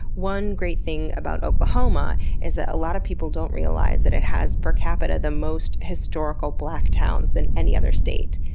one great thing about oklahoma is that a lot of people don't realize that it has, per capita, the most historical black towns than any other state.